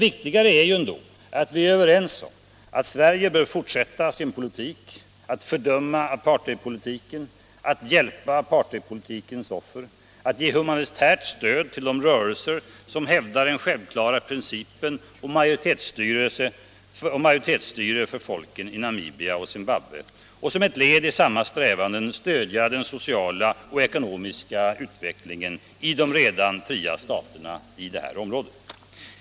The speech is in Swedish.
Viktigare är ändå att vi är överens om att Sverige bör fortsätta att fördöma apartheidpolitiken, att hjälpa apartheidpolitikens offer, att ge humanitärt stöd till de rörelser, som hävdar den självklara principen om majoritetsstyre för folken i Namibia och Zimbabwe, och att som ett led i samma strävanden stödja den sociala och ekonomiska utvecklingen i de redan fria staterna i dessa områden.